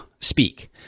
speak